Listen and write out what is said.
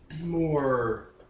more